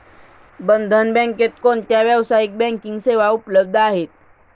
बंधन बँकेत कोणत्या व्यावसायिक बँकिंग सेवा उपलब्ध आहेत?